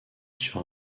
sur